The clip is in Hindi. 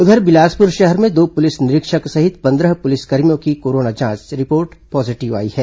उधर बिलासपुर शहर में दो पुलिस निरीक्षक सहित पंद्रह पुलिसकर्मियों की कोरोना जांच रिपोर्ट पॉजीटिव आई है